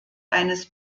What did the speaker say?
eines